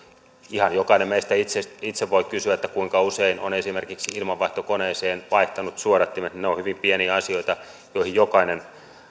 ihan jokainen meistä itse itse voi kysyä kuinka usein on esimerkiksi ilmanvaihtokoneeseen vaihtanut suodattimet ne ovat hyvin pieniä asioita joihin jokainen